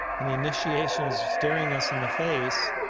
and the initiation is staring us in the face,